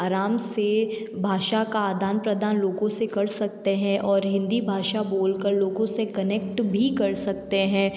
आराम से भाषा का आदान प्रदान लोगों से कर सकते हैं और हिंदी भाषा बोलकर लोगों से कनेक्ट भी कर सकते हैं